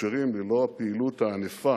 מתאפשרים ללא הפעילות הענפה